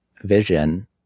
vision